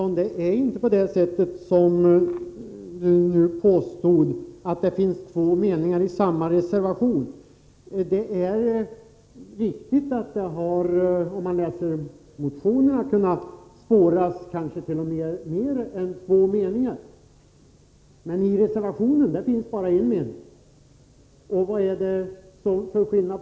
Fru talman! Nej, Sivert Andersson, det är inte så att det finns två meningar i samma reservation. Det är riktigt att man i motionerna kan spåra kanske t.o.m. fler än två meningar, men i reservationen finns bara en mening. Innebär då detta någon skillnad?